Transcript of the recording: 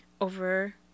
over